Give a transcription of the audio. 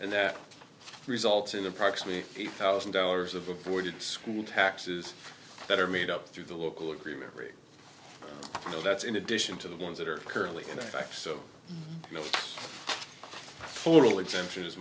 and that results in approximately eight thousand dollars of avoided school taxes that are made up through the local agreement rate so that's in addition to the ones that are currently in fact so formal exemption